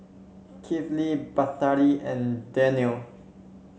Kifli Batari and Danial